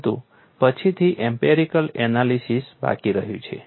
પરંતુ પછીથી empirical analysis બાકી રહ્યું છે